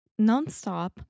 nonstop